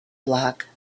black